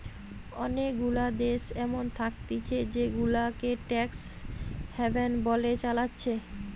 অনেগুলা দেশ এমন থাকতিছে জেগুলাকে ট্যাক্স হ্যাভেন বলে চালাচ্ছে